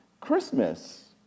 Christmas